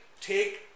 take